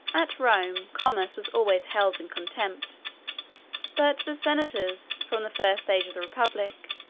at rome, commerce was always held in contempt but the senators, from the first age of the republic,